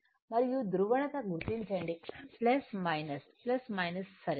మరియు ధ్రువణతను గుర్తించండి సరే